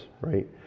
Right